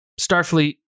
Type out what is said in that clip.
Starfleet